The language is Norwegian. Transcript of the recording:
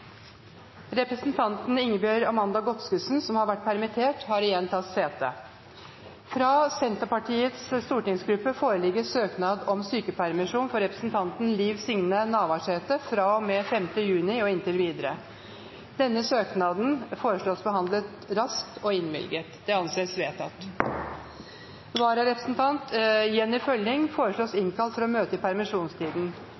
Representanten Ingebjørg Amanda Godskesen, som har vært permittert, har igjen tatt sete. Fra Senterpartiets stortingsgruppe foreligger søknad om sykepermisjon for representanten Liv Signe Navarsete fra og med 5. juni og inntil videre. Etter forslag fra presidenten ble enstemmig besluttet: Denne søknaden behandles straks og innvilges. Vararepresentanten, Jenny